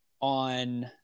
on